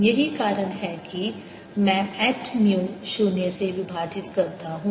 यही कारण है कि मैं H म्यू शून्य से विभाजित करता हूं